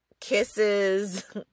kisses